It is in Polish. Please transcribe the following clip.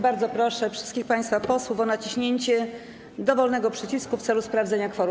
Bardzo proszę wszystkich państwa posłów o naciśnięcie dowolnego przycisku w celu sprawdzenia kworum.